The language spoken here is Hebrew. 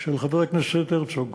של חבר הכנסת הרצוג